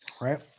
right